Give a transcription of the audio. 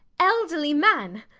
elderly man!